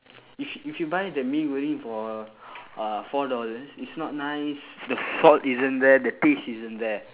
if you if you buy the mee goreng for uh four dollars it's not nice the thought isn't there the taste isn't there